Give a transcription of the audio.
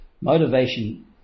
Motivation